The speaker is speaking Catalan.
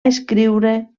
escriure